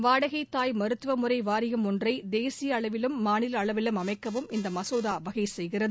வாடகைத்தாய் மருத்துவமுறை வாரியம் ஒன்றை தேசிய அளவிலும் மாநில அளவிலும் அமைக்கவும் இந்த மசோதா வகை செய்கிறது